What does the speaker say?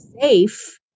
safe